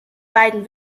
beiden